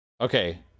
okay